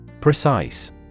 Precise